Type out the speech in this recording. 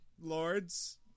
lords